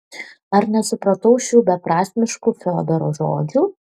ar nesupratau šių beprasmiškų fiodoro žodžių